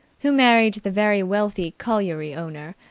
who married the very wealthy colliery owner,